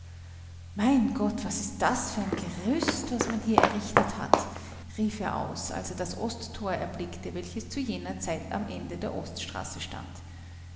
mein gott was ist das für ein gerüst was man hier errichtet hat rief er aus als er das ostthor erblickte welches zu jener zeit am ende der oststraße stand